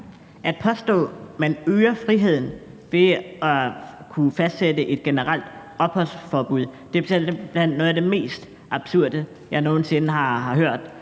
At påstå, at man øger friheden ved at kunne fastsætte et generelt opholdsforbud, er simpelt hen noget af det mest absurde, jeg nogen sinde har hørt.